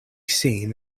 seen